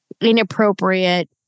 inappropriate